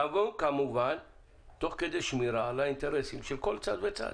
כמובן תוך כדי שמירה על האינטרסים של כל צד וצד.